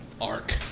arc